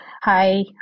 Hi